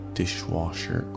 dishwasher